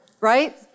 Right